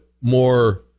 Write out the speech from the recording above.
more